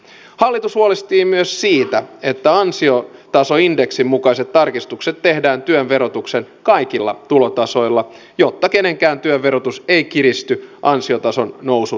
hallitus huolehtii myös siitä että ansiotasoindeksin mukaiset tarkistukset tehdään työn verotuksen kaikilla tulotasoilla jotta kenenkään työn verotus ei kiristy ansiotason nousun myötä